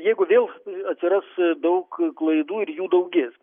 jeigu vėl atsiras daug klaidų ir jų daugės